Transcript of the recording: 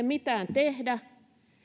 mitään ilmastotoimia tee